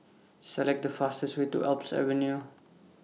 Select The fastest Way to Alps Avenue